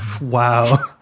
Wow